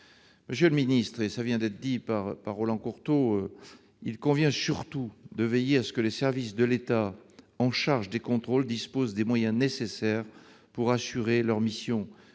Monsieur le ministre, comme Roland Courteau vient de le rappeler, il convient surtout de veiller à ce que les services de l'État en charge des contrôles disposent des moyens nécessaires pour assurer leurs missions,